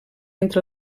entre